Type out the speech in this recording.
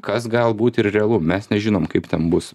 kas galbūt ir realu mes nežinom kaip ten bus